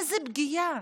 איזו פגיעה,